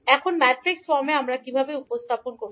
এখন ম্যাট্রিক্স ফর্মে আমরা কীভাবে উপস্থাপন করব